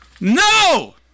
No